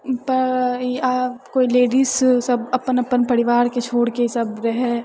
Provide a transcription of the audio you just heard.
कोइ लेडिज सब अपन अपन परिवारके छोड़िके सब रहै